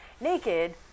naked